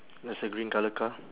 there's a green colour car